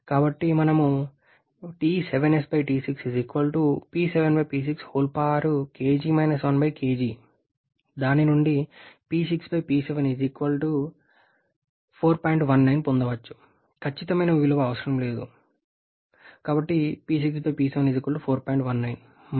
కాబట్టి మనం ఇలా వ్రాయవచ్చు తద్వారా ఖచ్చితమైన విలువ అవసరం లేదు కూడా ఇవ్వబడలేదు